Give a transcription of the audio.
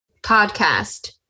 podcast